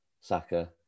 Saka